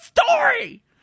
story